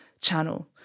channel